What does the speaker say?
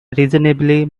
reasonably